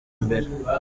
imbere